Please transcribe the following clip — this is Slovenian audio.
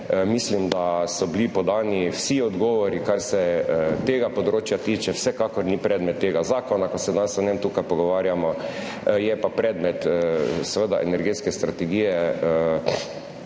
mislim, da so bili podani vsi odgovori, kar se tega področja tiče, vsekakor ni predmet tega zakona, o katerem se danes tukaj pogovarjamo, je pa seveda predmet energetske strategije